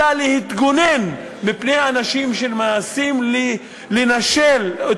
אלא להתגונן מפני אנשים שמנסים לנשל את